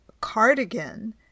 cardigan